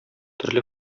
төрле